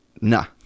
Nah